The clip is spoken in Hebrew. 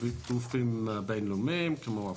גופים בין-לאומיים כמו FED,